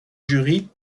jury